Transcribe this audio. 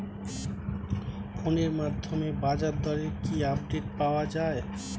ফোনের মাধ্যমে বাজারদরের কি আপডেট পাওয়া যায়?